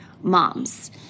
moms